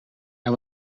hij